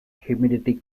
humidity